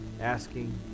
asking